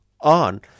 on